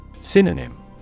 Synonym